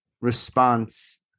response